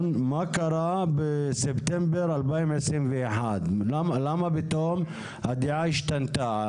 דיון, לדעת למה פתאום הדעה השתנתה.